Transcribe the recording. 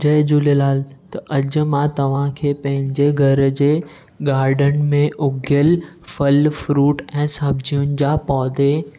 जय झूलेलाल त अॼु मां तव्हांखे पंहिंजे घर जे ॻार्डन में उग्यल फल फ्रूट ऐं सब्जियुनि जा पौधे